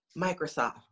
Microsoft